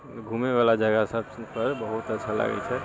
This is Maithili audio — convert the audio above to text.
घूमै बला जगह सभ पर बहुत अच्छा लागैत छै